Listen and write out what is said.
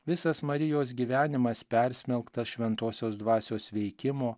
visas marijos gyvenimas persmelktas šventosios dvasios veikimo